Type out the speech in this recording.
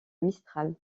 mistral